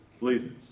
leaders